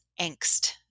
angst